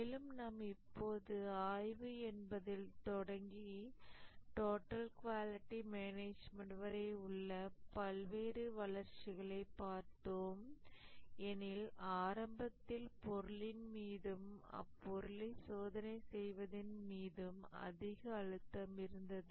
மேலும் நாம் இப்போது ஆய்வு என்பதில் தொடங்கி டோட்டல் குவாலிட்டி மேனேஜ்மென்ட் வரை உள்ள பல்வேறு வளர்ச்சிகளை பார்த்தோம் எனில் ஆரம்பத்தில் பொருளின் மீதும் அப்பொருளை சோதனை செய்வதின் மீதும் அதிக அழுத்தம் இருந்தது